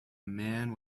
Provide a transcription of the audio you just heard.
man